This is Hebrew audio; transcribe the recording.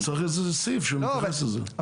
אז צריך איזה סעיף שמתייחס לזה.